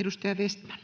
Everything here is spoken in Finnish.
Edustaja Vestman.